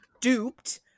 duped